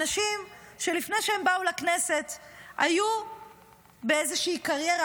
אנשים שלפני שהם באו לכנסת היו באיזושהי קריירה,